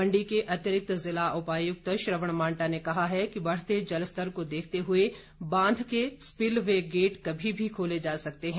मंडी के अतिरिक्त जिला उपायुक्त श्रवण मांटा ने कहा है कि बढते जल स्तर को देखते हुए बांध के स्पिलवे गेट कभी भी खोले जा सकते हैं